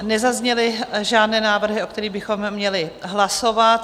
Nezazněly žádné návrhy, o kterých bychom měli hlasovat.